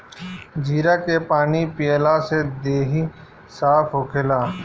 जीरा के पानी पियला से देहि साफ़ होखेला